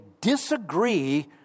disagree